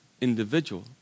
individual